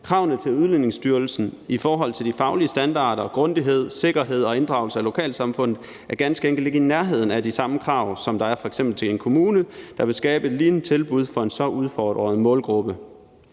Kravene til Udlændingestyrelsen i forhold til de faglige standarder og grundighed, sikkerhed og inddragelse af lokalsamfundet er ganske enkelt ikke i nærheden af de samme krav, som der er til f.eks. en kommune, der vil skabe et lignende tilbud for en så udfordret målgruppe.